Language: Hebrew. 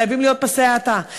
חייבים להיות בהם פסי האטה.